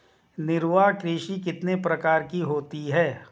निर्वाह कृषि कितने प्रकार की होती हैं?